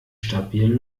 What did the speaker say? stabil